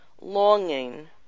longing